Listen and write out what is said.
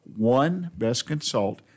onebestconsult